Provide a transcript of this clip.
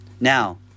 now